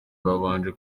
babanje